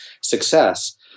success